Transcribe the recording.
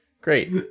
Great